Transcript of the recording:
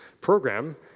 program